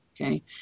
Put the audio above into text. Okay